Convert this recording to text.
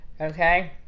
Okay